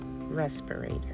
respirator